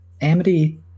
Amity